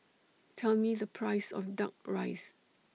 Tell Me The Price of Duck Rice